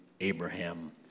Abraham